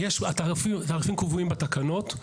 התעריפים קבועים בתקנות.